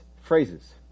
phrases